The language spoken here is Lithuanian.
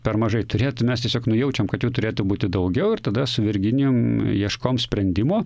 per mažai turėtų mes tiesiog nujaučiam kad jų turėtų būti daugiau ir tada su virginijum ieškom sprendimo